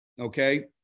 Okay